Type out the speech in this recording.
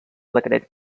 decret